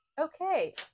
Okay